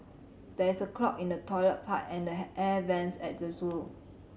there is a clog in the toilet pipe and the air vents at the zoo